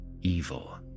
evil